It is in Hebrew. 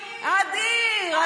ניצחון אדיר, אדיר.